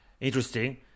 Interesting